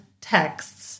texts